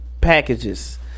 packages